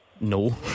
No